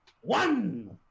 One